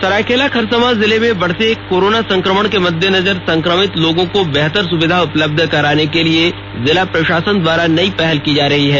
सरायकेला खरसावां जिले में बढ़ते कोरोना संक्रमण के दौरान संक्रमित लोगों को बेहतर सुविधा उपलब्ध कराने के लिए जिला प्रशासन द्वारा नयी पहल की जा रही है